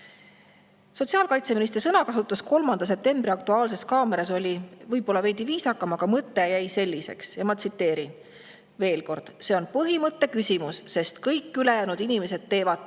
Sotsiaalkaitseministri sõnakasutus 3. septembri "Aktuaalses kaameras" oli võib-olla veidi viisakam, aga mõte jäi selliseks. Ma kordan seda veel. See on põhimõtte küsimus, sest kõik ülejäänud inimesed teevad